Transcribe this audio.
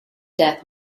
death